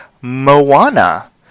Moana